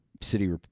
City